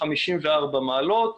54 מעלות.